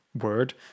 Word